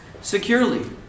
securely